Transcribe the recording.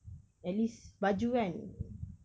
at least baju kan